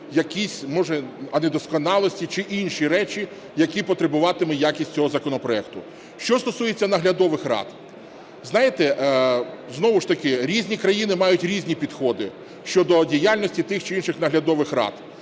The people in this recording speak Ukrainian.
якоїсь, може, недосконалості чи інші речі, які потребуватиме якість цього законопроекту. Що стосується наглядових рад. Знаєте, знову ж таки різні країни мають різні підходи щодо діяльності тих чи інших наглядових рад.